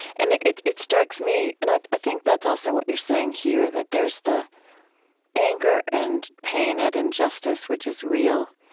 and it it strikes me, and i i think that's also what you are saying here, that there's the anger and pain at injustice, which is real,